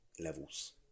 Levels